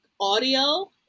audio